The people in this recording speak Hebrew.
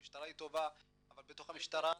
המשטרה היא טובה אבל בתוך המשטרה ------ שיאכלו.